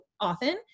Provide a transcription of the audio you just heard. often